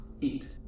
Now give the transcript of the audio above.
eat